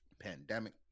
pandemic